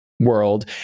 world